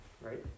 right